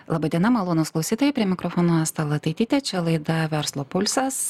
laba diena malonūs klausytojai prie mikrofono asta lataitytė čia laida verslo pulsas